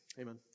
amen